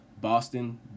Boston